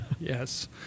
yes